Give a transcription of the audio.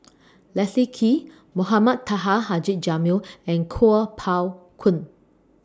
Leslie Kee Mohamed Taha Haji Jamil and Kuo Pao Kun